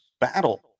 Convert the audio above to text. battle